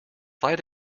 fight